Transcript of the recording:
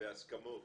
ובהסכמות